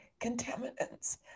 contaminants